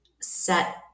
set